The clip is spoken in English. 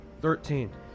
Thirteen